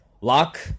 Lock